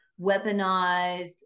weaponized